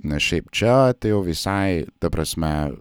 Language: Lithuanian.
nes šiaip čia tai jau visai ta prasme